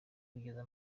kugeza